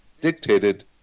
dictated